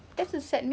that's a sad meal